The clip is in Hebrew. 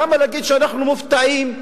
למה להגיד שאנחנו מופתעים?